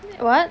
what